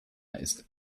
ist